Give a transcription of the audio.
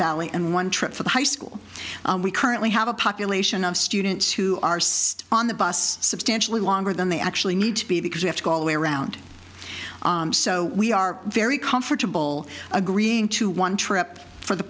valley and one trip for the high school we currently have a population of students who are still on the bus substantially longer than they actually need to be because we have to go all the way around so we are very comfortable agreeing to one trip for the